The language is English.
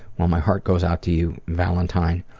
well my heart goes out to you, valentine.